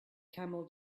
camel